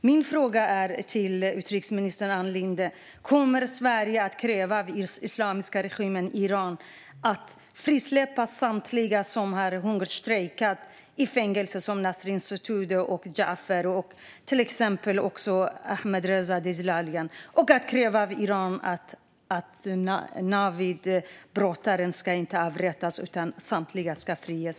Min fråga till utrikesminister Ann Linde är: Kommer Sverige att kräva av den islamiska regimen i Iran att frisläppa samtliga som har hungerstrejkat i fängelser, som Nasrin Sotoudeh, Jafar Azimzadeh och Ahmadreza Djalali, och att brottaren Navid inte ska avrättas utan att samtliga ska friges?